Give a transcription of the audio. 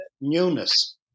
newness